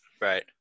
Right